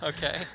Okay